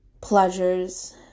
pleasures